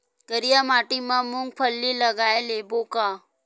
करिया माटी मा मूंग फल्ली लगय लेबों का?